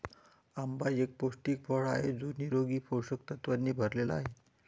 आंबा एक पौष्टिक फळ आहे जो निरोगी पोषक तत्वांनी भरलेला आहे